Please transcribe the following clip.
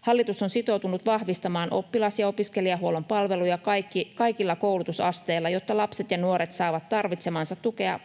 Hallitus on sitoutunut vahvistamaan oppilas- ja opiskelijahuollon palveluja kaikilla koulutusasteilla, jotta lapset ja nuoret saavat tarvitsemaansa tukea